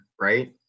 right